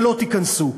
ולא תיכנסו.